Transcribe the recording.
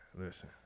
listen